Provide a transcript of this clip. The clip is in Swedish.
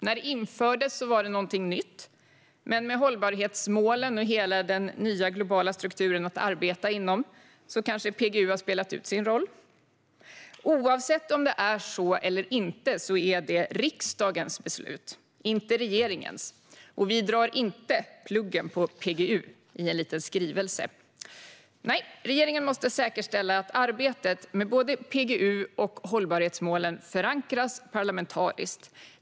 När det infördes var det någonting nytt, men med hållbarhetsmålen och hela den nya och globala strukturen att arbeta inom kanske PGU har spelat ut sin roll. Oavsett om det är så eller inte är det riksdagens beslut, inte regeringens. Och vi drar inte ur pluggen på PGU i en liten skrivelse. Nej, regeringen måste säkerställa att arbetet med både PGU och hållbarhetsmålen förankras parlamentariskt.